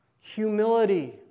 humility